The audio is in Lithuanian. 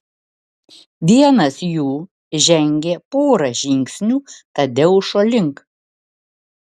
vienas jų žengė porą žingsnių tadeušo link